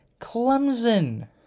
Clemson